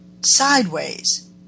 sideways